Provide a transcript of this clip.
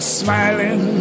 smiling